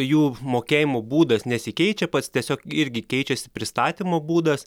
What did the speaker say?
jų mokėjimo būdas nesikeičia pats tiesiog irgi keičiasi pristatymo būdas